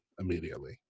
immediately